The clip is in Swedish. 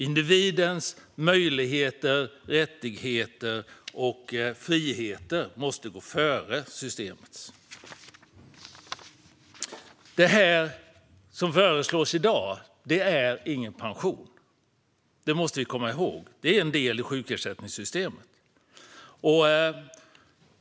Individens möjligheter, rättigheter och friheter måste gå före systemet. Det som föreslås i dag är ingen pension - det måste vi komma ihåg - utan en del i sjukersättningssystemet.